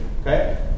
okay